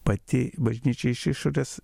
pati bažnyčia iš išorės